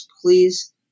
please